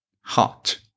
Hot